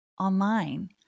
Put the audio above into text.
online